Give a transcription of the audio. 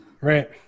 right